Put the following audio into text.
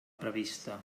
prevista